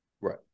Right